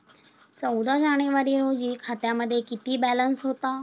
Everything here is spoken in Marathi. चौदा जानेवारी रोजी खात्यामध्ये किती बॅलन्स होता?